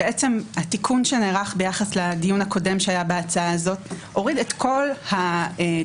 התיקון שנערך ביחס לדיון הקודם שהיה בהצעה הזאת הוריד את כל התאגידים,